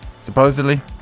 supposedly